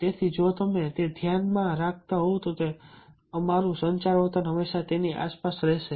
તેથી જો તમે તે ધ્યાનમાં રાખતા હોવ તો અમારું સંચાર વર્તન હંમેશા તેની આસપાસ રહેશે